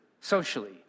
socially